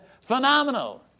Phenomenal